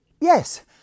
yes